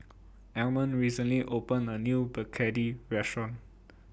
Almond recently opened A New Begedil Restaurant